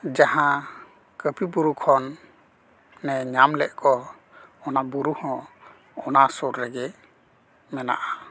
ᱡᱟᱦᱟᱸ ᱠᱟᱹᱯᱤ ᱵᱩᱨᱩ ᱠᱷᱚᱱ ᱚᱱᱮ ᱧᱟᱢ ᱞᱮᱫ ᱠᱚ ᱚᱱᱟ ᱵᱩᱨᱩ ᱦᱚᱸ ᱚᱱᱟ ᱥᱩᱨ ᱨᱮᱜᱮ ᱢᱮᱱᱟᱜᱼᱟ